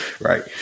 Right